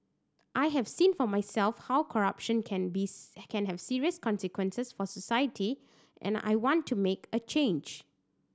I have seen for myself how corruption can be can have serious consequences for society and I want to make a change